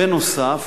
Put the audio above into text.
בנוסף,